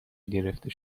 گرفته